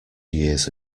years